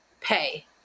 pay